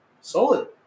Solid